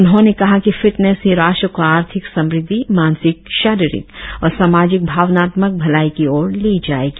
उन्होंने कहा कि फिटनेस ही राष्ट्र को आर्थिक समृद्धि मानसिक शारीरिक और सामाजिक भावनात्मक भलाई की ओर ले जाएगी